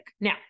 Now